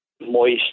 moist